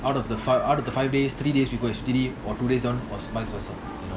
out of the five out of the five days three days we go or two days down or vice versa you know